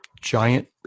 giant